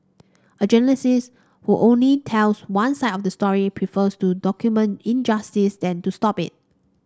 a journalist who only tells one side of the story prefers to document injustice than to stop it